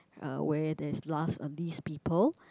uh where there's last uh least people